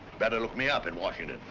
better look me up in washington.